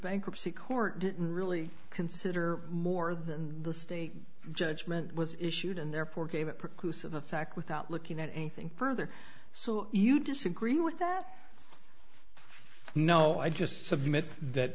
bankruptcy court didn't really consider more than the stake judgment was issued and therefore gave it produces effect without looking at anything further so you disagree with that no i just submit that